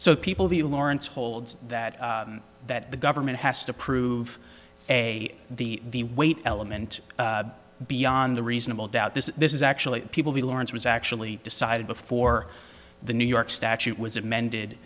so people the laurents holds that that the government has to prove a the the weight element beyond a reasonable doubt this this is actually people be lawrence was actually decided before the new york statute was it mended